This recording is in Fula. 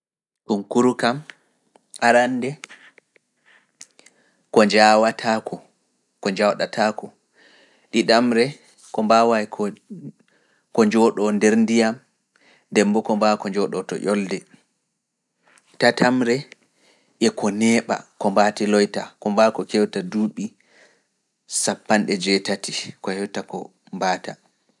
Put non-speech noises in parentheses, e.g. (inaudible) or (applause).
Konkuru kam arande ko njawataako, ɗiɗamre ko mbaawa e ko njooɗoo nder ndiyam dembo ko mbaawai ko njooɗoo to ƴolde, tatamre e ko neeɓa ko mbaati loyta, ko mbaawa ko kewta duuɓi sappo e jeetati. (noise)